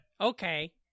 Okay